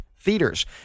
theaters